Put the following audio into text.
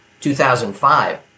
2005